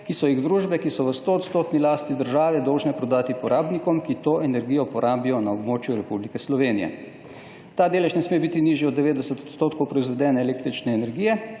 ki so jih družbe, ki so v 100-odstotni lasti države, dolžne prodati porabnikom, ki to energijo porabijo na območju Republike Slovenije. Ta delež ne sme biti nižji od 90 % proizvedene električne energije,